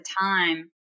time